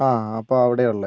ആ അപ്പം അവിടെയാണ് ഉള്ളത്